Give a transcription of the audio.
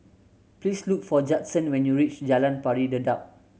please look for Judson when you reach Jalan Pari Dedap